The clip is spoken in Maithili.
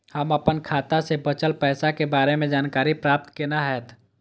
हम अपन खाता में बचल पैसा के बारे में जानकारी प्राप्त केना हैत?